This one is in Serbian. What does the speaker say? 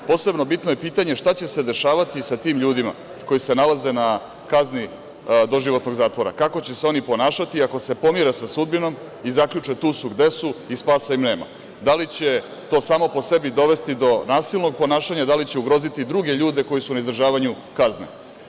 Posebno bitno je pitanje šta će se dešavati sa tim ljudima koji se nalaze na kazni doživotnog zatvora, kako će se oni ponašati ako se pomire sa sudbinom i zaključe tu su gde su i spasa im nema, da li će to samo po sebi dovesti do nasilnog ponašanja, da li će ugroziti druge ljude koji su na izdržavanju kazne.